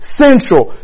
central